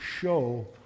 show